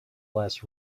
less